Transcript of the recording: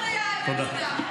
לא להפריע, איימן עודה.